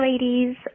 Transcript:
ladies